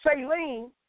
saline